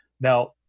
now